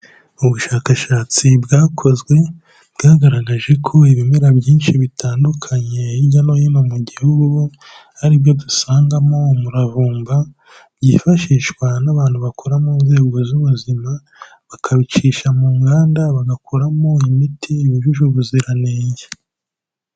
Ubushakashatsi bwakozwe, bwagaragaje ko ibimera byinshi bitandukanye hirya no hino mu gihugu, ari byo dusangamo umuravumba, byifashishwa n'abantu bakora mu nzego z'ubuzima, bakabicisha mu nganda bagakoramo imiti yujuje ubuziranenge.